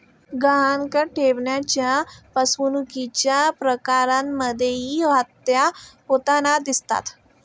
गहाणखत ठेवण्याच्या फसवणुकीच्या प्रकरणांमध्येही हत्या होताना दिसतात